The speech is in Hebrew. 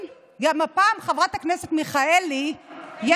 לגבי מרב מיכאלי,